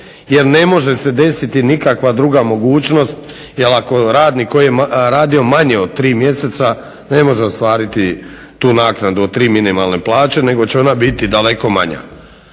jer ne može se desiti nikakva druga mogućnost. Jer ako radnik koji je radio manje od 3 mjeseca ne može ostvariti tu naknadu od 3 minimalne plaće, nego će ona biti daleko manja.